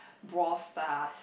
Brawl Stars